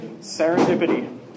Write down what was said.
Serendipity